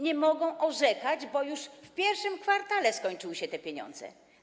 Nie mogą orzekać, bo już w I kwartale skończyły się te pieniądze.